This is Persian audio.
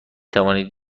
توانید